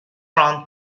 round